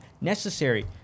necessary